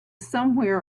somewhere